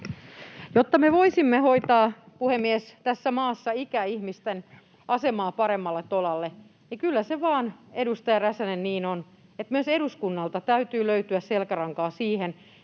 Jotta me voisimme hoitaa tässä maassa ikäihmisten asemaa paremmalle tolalle, niin kyllä se vain, edustaja Räsänen, niin on, että myös eduskunnalta täytyy löytyä selkärankaa siihen,